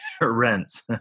rents